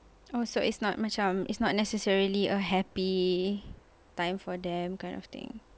oh so it's not macam it's not necessarily a happy time for them kind of thing